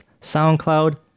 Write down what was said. SoundCloud